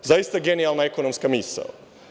Zaista genijalna ekonomska misao.